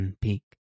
peak